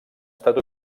estat